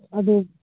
ꯑꯗꯣ